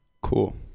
Cool